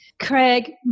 Craig